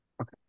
okay